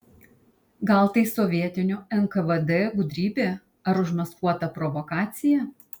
gal tai sovietinio nkvd gudrybė ar užmaskuota provokacija